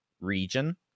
region